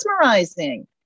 mesmerizing